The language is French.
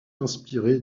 inspiré